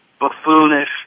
buffoonish